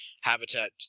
habitat